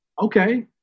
Okay